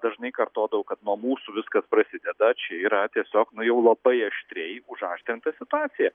dažnai kartodavau kad nuo mūsų viskas prasideda čia yra tiesiog na jau labai aštriai užaštrinta situacija